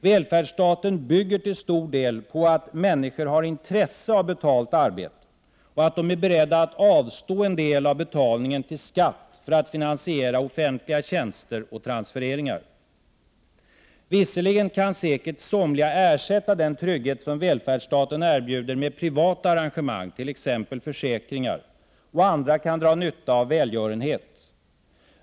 Välfärdsstaten bygger till stor del på att människor har intresse av betalt arbete och att de är beredda att avstå en del av betalningen till skatt för att finansiera offentliga tjänster och transfereringar. Visserligen kan säkert somliga ersätta den trygghet välfärdsstaten erbjuder med privata arrangemang, t.ex. försäkringar, och andra kan dra nytta av välgörenhet.